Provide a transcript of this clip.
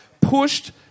pushed